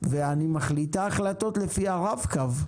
ואני מחליטה החלטות לפי הרב-קו.